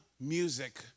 music